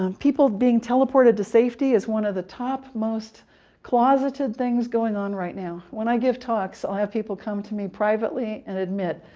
um people being teleported to safety is one of the top most closeted things going on right now. when i give talks, i'll have people come to me privately, and admit,